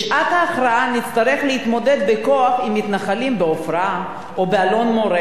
בשעת ההכרעה נצטרך להתמודד בכוח עם מתנחלים בעופרה או באלון-מורה.